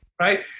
right